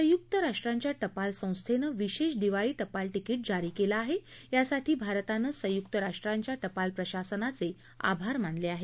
संयुक्त राष्ट्रांच्या शिल संस्थेनं विशेष दिवाळी शिल तिकी जारी केलं आहे यासाठी भारताने संयुक्त राष्ट्रांच्या शिल प्रशासनाचे आहेत